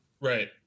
right